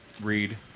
read